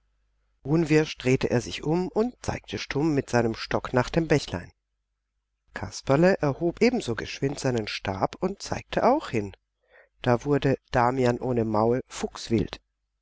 unwirsch drehte er sich um und zeigte stumm mit seinem stock nach dem bächlein kasperle erhob ebenso geschwind seinen stab und zeigte auch hin da wurde damian ohne maul